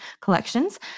collections